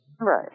right